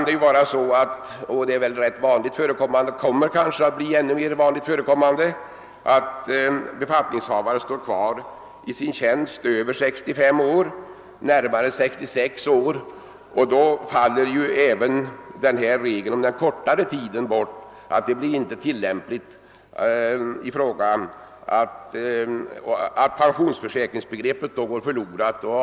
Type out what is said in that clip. Det är nu vanligt förekommande — och kommer väl att bli det i ännu större utsträckning — att befattningshavare står kvar i sin tjänst över 65 års ålder fram till närmare 66 års ålder. I sådana fall kommer pensionsförsäkringsbegreppet inte att få tillämpning.